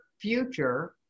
future